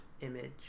image